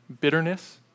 bitterness